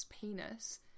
penis